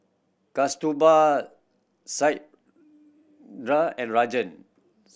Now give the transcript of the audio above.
Kasturba Satyendra and Rajan